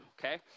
okay